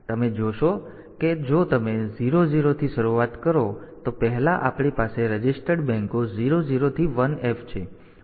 તેથી તમે જોશો કે જો તમે 00 થી શરૂઆત કરો તો પહેલા આપણી પાસે રજીસ્ટર્ડ બેંકો 00 થી 1F છે